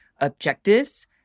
objectives